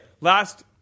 last